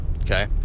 Okay